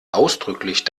ausdrücklich